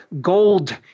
gold